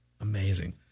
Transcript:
Amazing